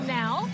now